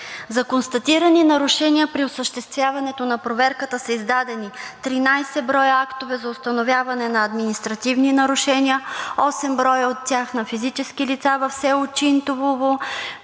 За констатирани нарушения при осъществяването на проверката са издадени 13 броя актове за установяване на административни нарушения, 8 броя от тях на физически лица в село Чинтулово,